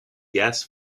gas